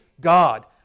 God